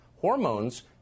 hormones